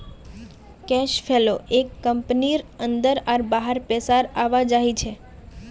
cash flow एक कंपनीर अंदर आर बाहर पैसार आवाजाही छे